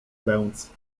bęc